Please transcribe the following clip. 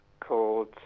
called